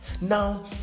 Now